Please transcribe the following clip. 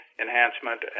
enhancement